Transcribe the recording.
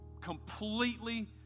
Completely